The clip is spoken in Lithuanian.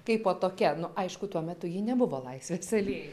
kaip po tokia nu aišku tuo metu ji nebuvo laisvės alėja